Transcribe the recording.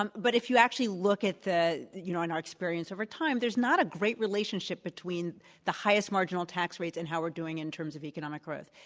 um but if you actually look at the you know in our experience over time, there's not a great relationship between the highest marginal tax rates and how we're doing in terms of economic growth.